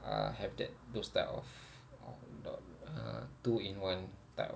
uh have that those type of uh two in one type of